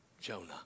Jonah